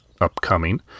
upcoming